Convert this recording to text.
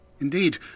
Indeed